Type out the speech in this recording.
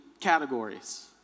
categories